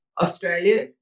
Australia